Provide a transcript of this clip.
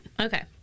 Okay